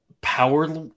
power